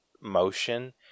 motion